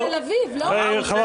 זה גם תל אביב, לא?